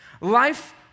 Life